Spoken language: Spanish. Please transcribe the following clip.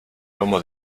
lomo